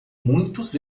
muitos